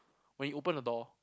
when he open the door